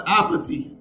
apathy